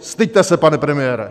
Styďte se, pane premiére!